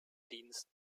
dienst